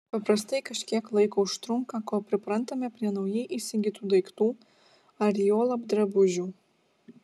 paprastai kažkiek laiko užtrunka kol priprantame prie naujai įsigytų daiktų ar juolab drabužių